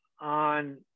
on